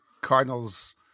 Cardinals